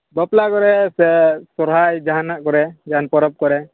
ᱵᱟᱯᱞᱟ ᱠᱚᱨᱮ ᱥᱮ ᱥᱚᱨᱦᱟᱭ ᱡᱟᱦᱟᱱᱟᱜ ᱠᱚᱨᱮ ᱡᱟᱦᱟᱱ ᱯᱚᱨᱚᱵᱽ ᱠᱚᱨᱮ